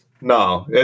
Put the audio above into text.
No